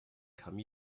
come